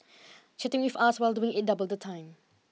chatting with us while doing it doubled the time